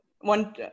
One